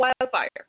wildfire